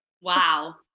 wow